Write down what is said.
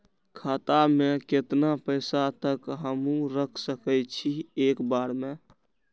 खाता में केतना पैसा तक हमू रख सकी छी एक बेर में?